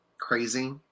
crazy